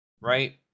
Right